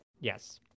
yes